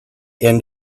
end